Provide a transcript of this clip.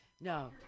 no